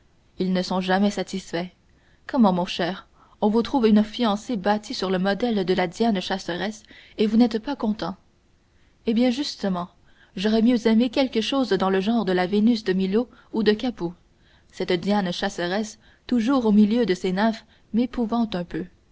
ils ne sont jamais satisfaits comment mon cher on vous trouve une fiancée bâtie sur le modèle de la diane chasseresse et vous n'êtes pas content eh bien justement j'aurais mieux aimé quelque chose dans le genre de la vénus de milo ou de capoue cette diane chasseresse toujours au milieu de ses nymphes m'épouvante un peu